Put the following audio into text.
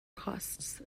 costs